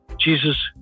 Jesus